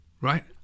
right